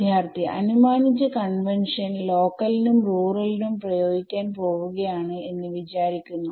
വിദ്യാർത്ഥി അനുമാനിച്ച convention local നും റൂറൽ നും പ്രയോഗിക്കാൻ പോവുകയാണ് എന്ന് വിചാരിക്കുന്നു